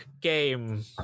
game